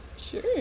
Sure